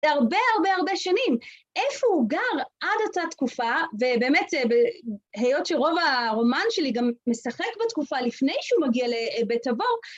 הרבה הרבה הרבה שנים. איפה הוא גר עד אותה תקופה, ובאמת, היות שרוב הרומן שלי גם משחק בתקופה לפני שהוא מגיע לבית הבור,